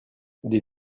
des